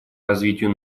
развитию